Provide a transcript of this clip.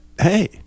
hey